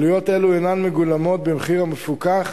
עלויות אלה אינן מגולמות במחיר המפוקח,